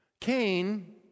Cain